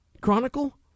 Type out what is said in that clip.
Chronicle